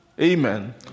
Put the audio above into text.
Amen